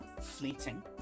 fleeting